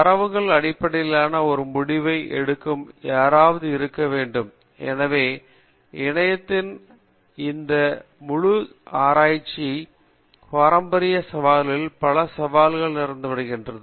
தரவுகளின் அடிப்படையிலான ஒரு முடிவை எடுக்கும் யாராவது இருக்க வேண்டும் எனவே இணையத்தின் இந்த முழு கருத்தும் ஆராய்ச்சியில் பாரம்பரிய சவால்களில் பல சவால்களைத் திறந்து விடுகிறது